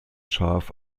schaf